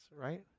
Right